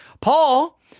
Paul